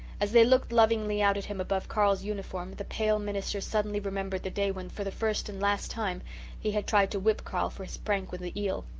as they looked lovingly out at him above carl's uniform the pale minister suddenly remembered the day when for the first and last time he had tried to whip carl for his prank with the eel.